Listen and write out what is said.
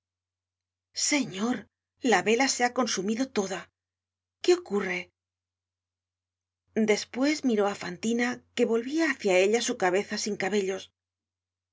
señor la vela se ha consumido toda qué ocurre despues miró á fantina que volvia hácia ella su cabeza sin cabellos